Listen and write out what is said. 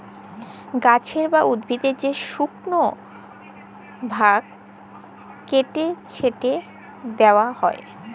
গাহাচের বা উদ্ভিদের যে শুকল ভাগ ক্যাইটে ফ্যাইটে দিঁয়া হ্যয়